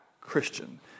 Christian